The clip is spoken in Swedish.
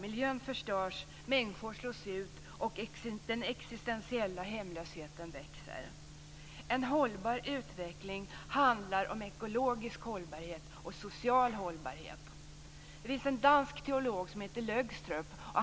Miljön förstörs, människor slås ut och den existentiella hemlösheten växer. En hållbar utveckling handlar om ekologisk och social hållbarhet. Det finns en dansk teolog som heter Lögstrup.